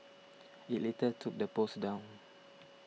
it later took the post down